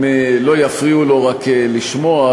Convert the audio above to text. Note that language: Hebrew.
אם רק לא יפריעו לו לשמוע,